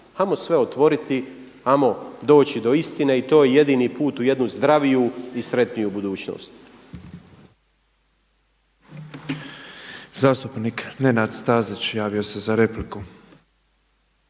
Hajmo sve otvoriti, hajmo doći do istine i to je jedini put u jednu zdraviju i sretniju budućnost. **Petrov, Božo (MOST)** Zastupnik Nenad Stazić javio se za repliku.